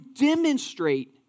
demonstrate